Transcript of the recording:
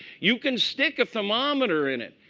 you can stick a thermometer in it.